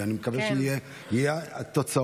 ואני מקווה שיהיו תוצאות.